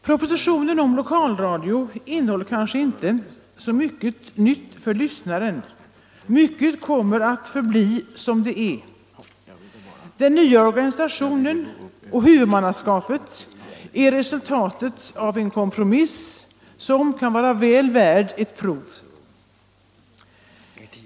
Propositionen om lokalradio innehåller kanske inte så mycket nytt för lyssnaren. Mycket kommer att förbli som det är. Den nya organisationen och huvudmannaskapet är resultatet av en kompromiss som kan vara väl värd ett prov.